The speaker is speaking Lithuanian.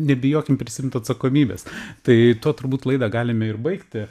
nebijokim prisiimt atsakomybės tai to turbūt laidą galime ir baigti